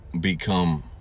become